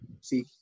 see